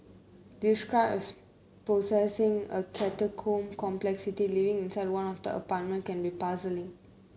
described as possessing a catacomb complexity living inside one of the apartment can be puzzling